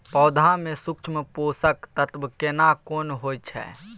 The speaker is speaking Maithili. पौधा में सूक्ष्म पोषक तत्व केना कोन होय छै?